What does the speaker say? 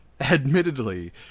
admittedly